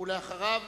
ואחריו,